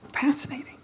Fascinating